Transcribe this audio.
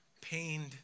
pained